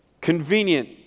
convenient